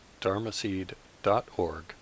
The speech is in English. dharmaseed.org